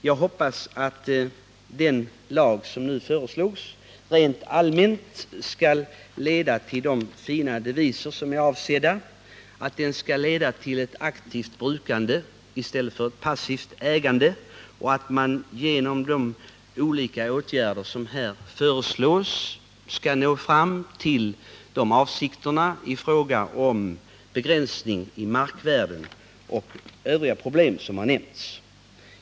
Jag hoppas att den lag som nu föreslås rent allmänt skall leda till uppfyllelsen av de fina deviser som är avsedd, att den skall leda till ett aktivt brukande i stället för passivt ägande och att man genom de olika åtgärder som här föreslås skall nå fram till de avsikter man har att begränsa markvärdestegringen och bemästra de övriga problem som har nämnts.